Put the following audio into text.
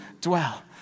dwell